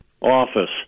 office